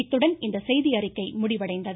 இத்துடன் இந்த செய்தியறிக்கை முடிவடைந்தது